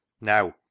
now